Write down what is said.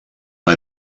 una